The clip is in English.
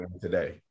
today